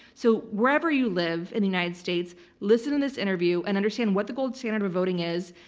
so wherever you live in the united states, listen to this interview and understand what the gold standard of voting is,